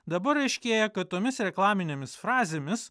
dabar aiškėja kad tomis reklaminėmis frazėmis